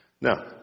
Now